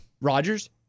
Rodgers